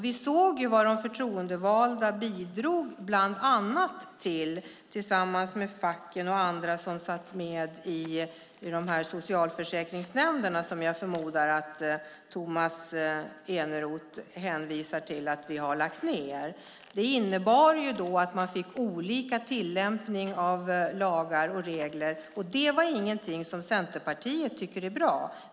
Vi såg vad de förtroendevalda bland annat bidrog till tillsammans med facken och andra som satt med i socialförsäkringsnämnderna, som jag förmodar att Tomas Eneroth hänvisar till att vi har lagt ned. Det innebar att man fick olika tillämpning av lagar och regler. Det var ingenting som Centerpartiet tycker är bra.